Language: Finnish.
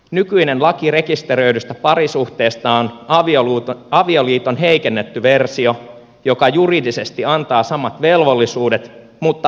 nykyinen laki rekisteröidystä parisuhteesta on avioliiton heikennetty versio joka juridisesti antaa samat velvollisuudet mutta vähäisemmät oikeudet